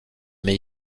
mais